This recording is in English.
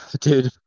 dude